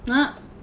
ah